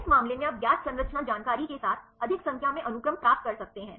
इस मामले में आप ज्ञात संरचना जानकारी के साथ अधिक संख्या में अनुक्रम प्राप्त कर सकते हैं